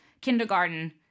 kindergarten